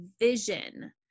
vision